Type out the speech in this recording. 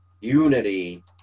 unity